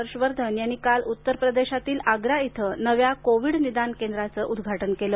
हर्ष वर्धन यांनी काल उत्तर प्रदेशातील आग्रा इथं नव्या कोविड निदान केंद्राचं उद्घाटन केलं